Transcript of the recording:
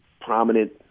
prominent